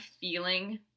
feeling